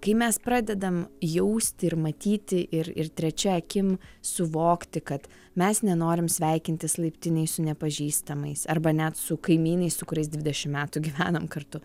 kai mes pradedam jausti ir matyti ir ir trečia akim suvokti kad mes nenorim sveikintis laiptinėj su nepažįstamais arba net su kaimynais su kuriais dvidešim metų gyvenam kartu